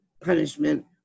punishment